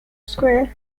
square